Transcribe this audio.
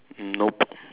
mm nope